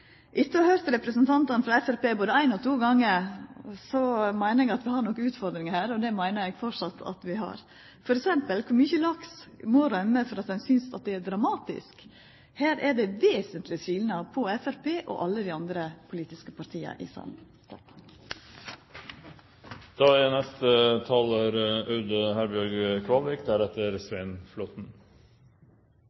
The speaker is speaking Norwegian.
Etter å ha høyrt representantane frå Framstegspartiet både ein og to gonger meiner eg at vi har nokre utfordringar her, og det meiner eg framleis at vi har. For eksempel: Kor mykje laks må rømma for at ein synest at det er dramatisk? Her er det vesentleg skilnad på Framstegspartiet og alle dei andre politiske partia i salen. Nei, jeg er helt enig: Det er